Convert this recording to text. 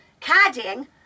caddying